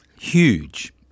Huge